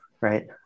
Right